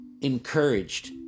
encouraged